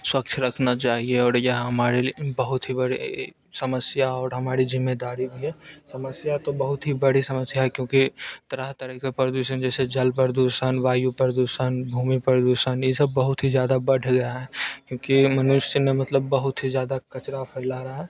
स्वच्छ रखना चाहिए और यह हमारे लिए बहुत ही बड़ी समस्या और हमारी ज़िम्मेदारी भी है समस्या तो बहुत ही बड़ी समस्या है क्योंकि तरह तरह के प्रदूषण जैसे जल प्रदूषण वायु प्रदूषण भूमि प्रदूषण ये सब बहुत ही ज़्यादा बढ़ गया है क्यूँकि मनुष्य ने मतलब बहुत ही ज़्यादा कचरा फैला रहा है